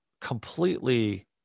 completely